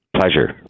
Pleasure